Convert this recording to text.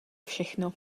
všechno